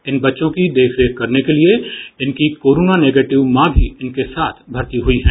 इन बच्चों की देखरेख करने के लिए इनकी कोरोना नेगेटिव मां भी इनके साथ भर्ती हुई हैं